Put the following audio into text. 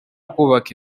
kubaka